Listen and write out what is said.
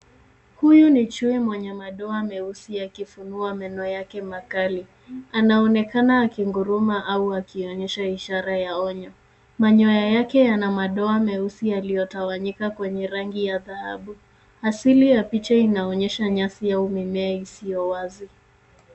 Huyu ni chui mwenye madoa meusi akifunua meno yake makali. Anaonekana akinguruma au akionyesha ishara ya onyo. Manyoya yake yana madoa meusi yaliyotawanyika kwenye rangi ya dhahabu. Asili ya picha inaonyesha nyasi au mimea isiyo wazi.